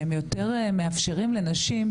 שהם יותר מאפשרים לנשים,